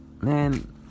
man